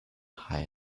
high